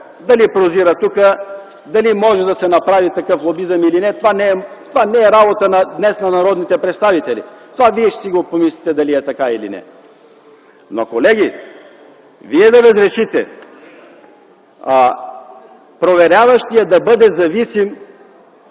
Дали прозира тук, дали може да се направи такъв лобизъм или не, това не е работа на народните представители днес. Вие ще си помислите дали това е така или не. Но, колеги, вие да разрешите проверяващият да бъде зависим